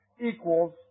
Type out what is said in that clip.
equals